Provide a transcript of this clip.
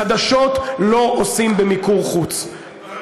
חדשות לא עושים במיקור חוץ.